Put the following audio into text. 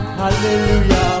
hallelujah